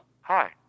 Hi